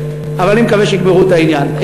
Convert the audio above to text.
אבל אני מקווה שיגמרו את העניין.